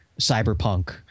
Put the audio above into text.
cyberpunk